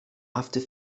after